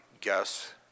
guess